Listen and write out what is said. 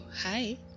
hi